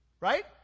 Right